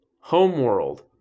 Homeworld